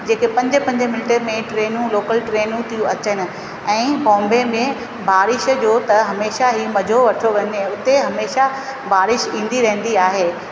जेके पंजे पंजे मिंटे में ट्रेनूं लोकल ट्रेनूं थी अचनि ऐं बॉम्बे में बारिश जो त हमेशह ई मज़ो वठो वञे उते हमेशह बारिश ईंदी रहंदी आहे